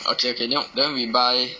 okay okay then then we buy